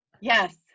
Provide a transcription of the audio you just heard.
Yes